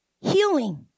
healing